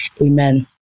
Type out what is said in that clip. Amen